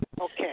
Okay